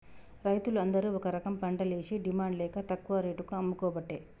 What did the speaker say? రైతులు అందరు ఒక రకంపంటలేషి డిమాండ్ లేక తక్కువ రేటుకు అమ్ముకోబట్టే